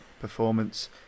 performance